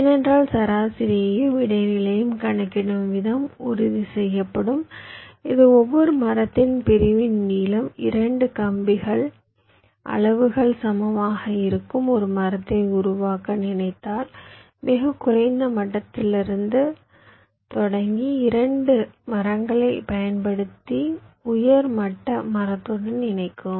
ஏனென்றால் சராசரியையும் இடைநிலைகளையும் கணக்கிடும் விதம் உறுதி செய்யப்படும் இது ஒவ்வொரு மரத்தின் பிரிவின் நீளம் 2 அளவுகள் சமமாக இருக்கும் ஒரு மரத்தை உருவாக்க நினைத்தால் மிகக் குறைந்த மட்டத்திலிருந்து தொடங்கி 2 மரங்களைப் பயன்படுத்தி உயர் மட்ட மரத்துடன் இணைக்கவும்